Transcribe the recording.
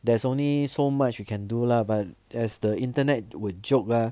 there's only so much you can do lah but as the internet would joke ah